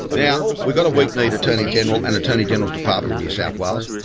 now, we got a weak-kneed attorney general and attorney general's department in new south wales.